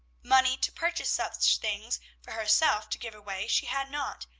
money to purchase such things for herself to give away she had not,